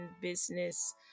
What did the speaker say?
business